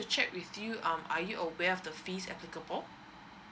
to check with you are you aware of the fees applicable